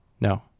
No